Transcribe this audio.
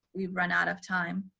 we've run out of time,